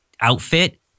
outfit